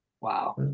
Wow